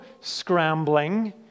scrambling